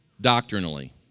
doctrinally